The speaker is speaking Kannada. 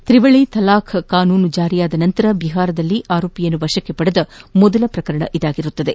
ತ್ರಿವಳಿ ತಲಾಖ್ ಕಾನೂನು ಜಾರಿಯಾದ ನಂತರ ಬಿಹಾರದಲ್ಲಿ ಆರೋಪಿಯನ್ನು ವಶಕ್ಕೆ ಪಡೆದ ಮೊದಲ ಪ್ರಕರಣ ಇದಾಗಿದೆ